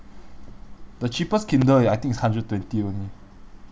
the cheapest kindle eh I think is hundred twenty only